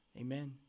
Amen